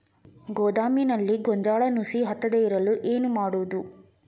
ಗೋದಾಮಿನಲ್ಲಿ ಗೋಂಜಾಳ ನುಸಿ ಹತ್ತದೇ ಇರಲು ಏನು ಮಾಡುವುದು?